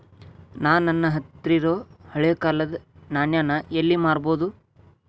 ನಾ ನನ್ನ ಹತ್ರಿರೊ ಹಳೆ ಕಾಲದ್ ನಾಣ್ಯ ನ ಎಲ್ಲಿ ಮಾರ್ಬೊದು?